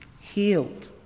healed